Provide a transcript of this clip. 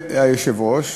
כולל היושב-ראש,